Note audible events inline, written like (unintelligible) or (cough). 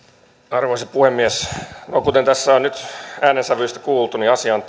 arvoisa puhemies kuten tässä on nyt äänensävyistä kuultu asia on (unintelligible)